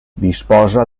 disposa